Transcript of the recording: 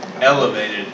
elevated